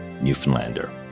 Newfoundlander